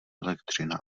elektřina